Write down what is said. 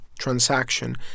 transaction